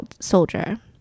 soldier